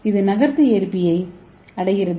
இது நகர்ந்து ஏற்பியை அடைகிறது